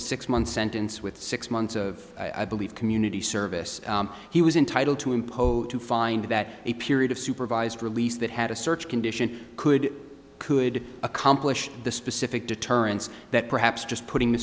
a six month sentence with six months of i believe community service he was entitled to impose to find that a period of supervised release that had a search condition could could accomplish the specific deterrence that perhaps just putting the